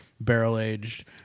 barrel-aged